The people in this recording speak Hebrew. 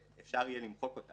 שאפשר יהיה למחוק רשומה כזו.